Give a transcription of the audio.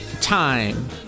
time